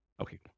Okay